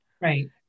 right